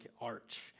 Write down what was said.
arch